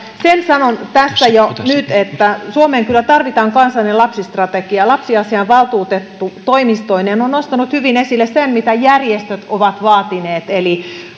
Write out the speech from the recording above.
sen sanon tässä jo nyt että suomeen kyllä tarvitaan kansallinen lapsistrategia lapsiasiainvaltuutettu toimistoineen on nostanut hyvin esille sen mitä järjestöt ovat vaatineet eli